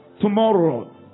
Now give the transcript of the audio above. Tomorrow